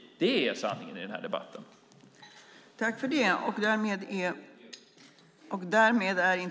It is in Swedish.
Det är sanningen i den här debatten. God jul!